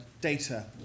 data